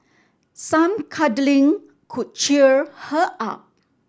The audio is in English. some cuddling could cheer her up